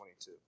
22